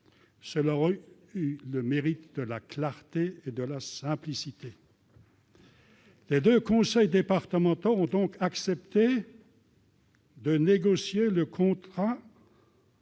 cela aurait eu le mérite de la clarté et de la simplicité. Les deux conseils départementaux ont donc accepté de négocier un contrat